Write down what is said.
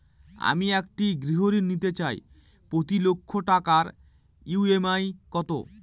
আমি একটি গৃহঋণ নিতে চাই প্রতি লক্ষ টাকার ই.এম.আই কত?